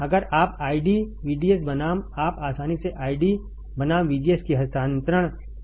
अगर आप ID VDS बनाम आप आसानी से आईडी बनाम VGS की हस्तांतरण विशेषताओं को पा सकते हैं